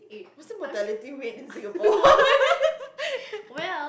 wisdom mortality rate in Singapore